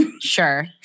Sure